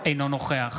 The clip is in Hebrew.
אינו נוכח